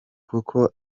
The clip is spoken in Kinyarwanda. kuko